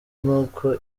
nuko